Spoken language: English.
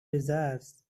desires